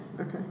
okay